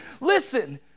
Listen